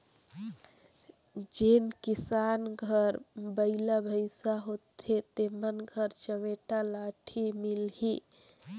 जेन किसान घर बइला भइसा होथे तेमन घर चमेटा लाठी मिलही